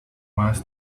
was